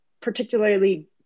particularly